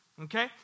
Okay